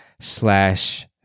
slash